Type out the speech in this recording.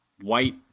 white